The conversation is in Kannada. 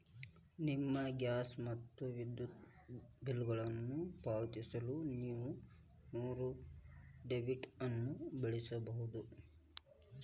ನಿಮ್ಮ ಗ್ಯಾಸ್ ಮತ್ತು ವಿದ್ಯುತ್ ಬಿಲ್ಗಳನ್ನು ಪಾವತಿಸಲು ನೇವು ನೇರ ಡೆಬಿಟ್ ಅನ್ನು ಬಳಸಬಹುದು